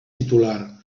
titular